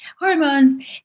hormones